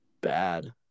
bad